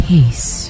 Peace